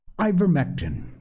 Ivermectin